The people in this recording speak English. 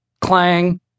Clang